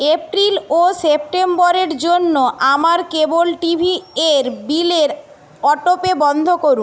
April ও সেপ্টেম্বরের জন্য আমার কেবল টিভি এর বিলের অটোপে বন্ধ করুন